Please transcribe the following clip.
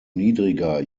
niedriger